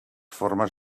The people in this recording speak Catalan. formes